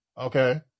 Okay